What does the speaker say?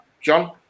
John